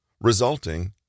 resulting